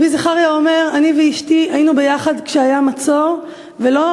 רבי זכריה אומר: אני ואשתי היינו ביחד כשהיה מצור ולא